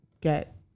get